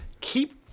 keep